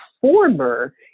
former